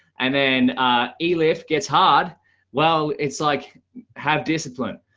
and then a lif gets hard well it's like have iscipline.